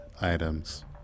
items